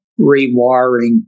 rewiring